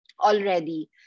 already